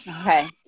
Okay